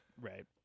Right